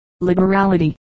liberality